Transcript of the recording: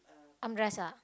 armrest ah